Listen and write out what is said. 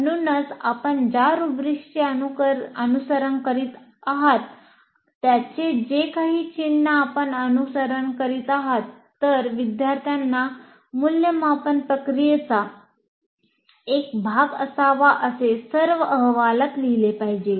म्हणूनच आपण ज्या रब्रिक्सचे अनुसरण करीत आहात त्याचे जे काही चिन्ह आपण अनुसरण करीत आहात जर विद्यार्थ्यांना मूल्यमापन प्रक्रियेचा एक भाग असावा असे सर्व अहवालात लिहिले पाहिजे